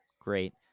Great